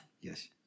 Yes